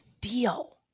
deal